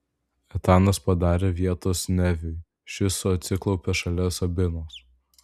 etanas padarė vietos neviui šis atsiklaupė šalia sabinos